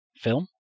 film